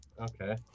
okay